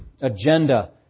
agenda